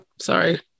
Sorry